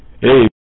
Hey